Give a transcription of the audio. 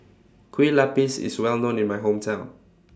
Kue Lupis IS Well known in My Hometown